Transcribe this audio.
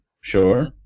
Sure